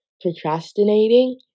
procrastinating